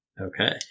Okay